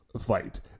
fight